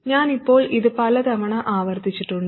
ഞാൻ ഇപ്പോൾ ഇത് പല തവണ ആവർത്തിച്ചിട്ടുണ്ട്